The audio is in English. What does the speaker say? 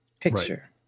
picture